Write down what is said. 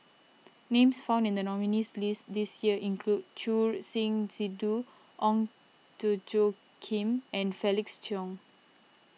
names found in the nominees' list this year include Choor Singh Sidhu Ong Tjoe Kim and Felix Cheong